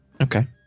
okay